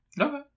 Okay